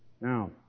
Now